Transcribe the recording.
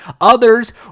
others